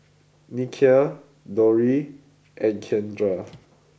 Nikia Dori and Keandre